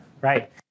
right